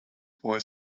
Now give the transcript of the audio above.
boy